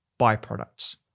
byproducts